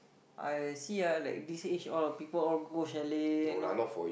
I see ah like this age all people all go chalet you know